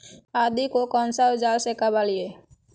आदि को कौन सा औजार से काबरे?